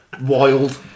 wild